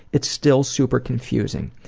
it's still super confusing.